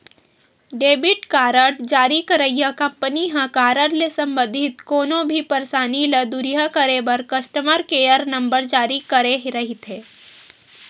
debit card जारी करइया company ह कारड ले संबंधित कोनो भी परसानी ल दुरिहा करे बर कस्टमर केयर नंबर जारी करे रहिथे